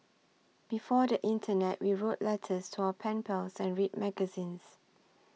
before the internet we wrote letters to our pen pals and read magazines